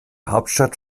hauptstadt